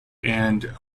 and